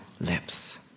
lips